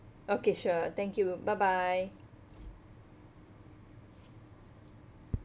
okay sure thank you bye bye